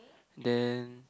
then